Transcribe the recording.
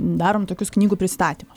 darom tokius knygų pristatymus